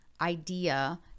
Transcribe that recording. idea